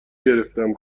گرفتم